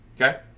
Okay